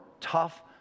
tough